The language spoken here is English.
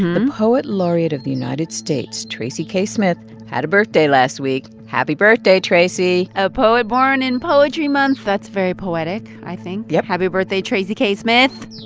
the poet laureate of the united states, tracy k. smith, had a birthday last week. happy birthday, tracy a poet born in poetry month that's very poetic, i think yep happy birthday, tracy k. smith.